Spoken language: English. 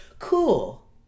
Cool